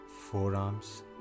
forearms